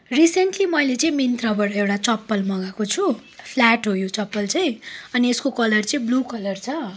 recently मैले चाहिँ मिन्त्राबट एउटा चप्पल मगाएको छु फ्ल्याट हो यो चप्पल चाहिँ अनि यसको कलर चाहिँ ब्लु कलर छ